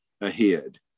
ahead